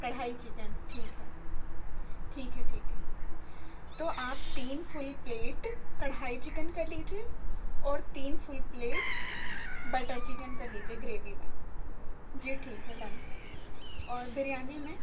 کڑھائی چکن ٹھیک ہے ٹھیک ہے ٹھیک ہے تو آپ تین فل پلیٹ کڑھائی چکن کر لیجیے اور تین فل پلیٹ بٹر چکن کر لیجیے گریوی میں جی ٹھیک ہے ڈن اور بریانی میں